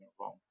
wrong